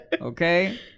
Okay